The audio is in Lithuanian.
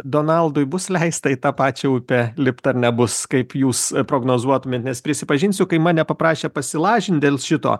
donaldui bus leista į tą pačią upę lipt ar nebus kaip jūs prognozuotumėt nes prisipažinsiu kai mane paprašė pasilažint dėl šito